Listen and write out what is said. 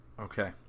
Okay